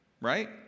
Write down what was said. right